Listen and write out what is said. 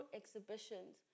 exhibitions